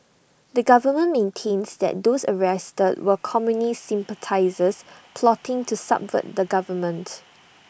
the government maintains that those arrested were communist sympathisers plotting to subvert the government